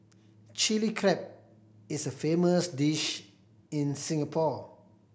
Chilli Crab is a famous dish in Singapore